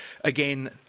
again